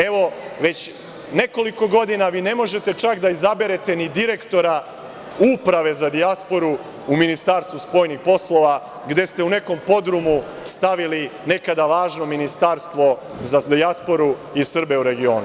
Evo, već nekoliko godina vi ne možete čoveka da izaberete ni direktora Uprave za dijasporu u Ministarstvu spoljnih poslova, gde ste u nekom podrumu stavili nekada lažno Ministarstvo za dijasporu i Srbe u regionu.